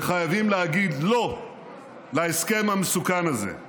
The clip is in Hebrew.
וחייבים להגיד לא להסכם המסוכן הזה.